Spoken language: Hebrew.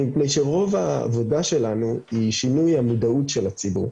מפני שרוב העבודה שלנו היא שינוי המודעות של הציבור.